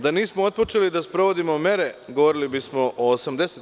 Da nismo otpočeli da sprovodimo mere, govorili bismo o 80%